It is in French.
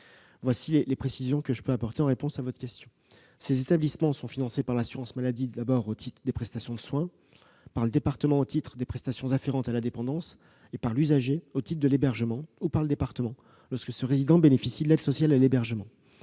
Voici les précisions que je puis apporter à votre question. Ces établissements sont financés par l'assurance maladie au titre des prestations de soins, par le département au titre des prestations afférentes à la dépendance et par l'usager au titre de l'hébergement ou par le département lorsque ce résident bénéficie de l'aide sociale à l'hébergement.